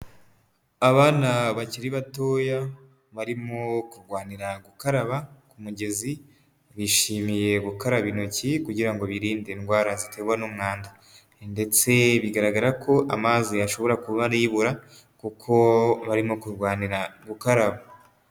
Abana bakiri batoya barimo kurwanira gukaraba ku mugezi, bishimiye gukaraba intoki kugira ngo birinde indwara ziterwa n'umwanda ndetse bigaragara ko amazi ashobora kuba ari ibura kuko barimo kurwanira gukaraba.